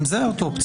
גם זאת אופציה.